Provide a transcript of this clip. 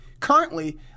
Currently